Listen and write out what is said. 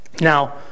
Now